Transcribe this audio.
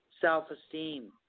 self-esteem